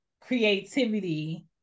creativity